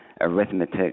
arithmetic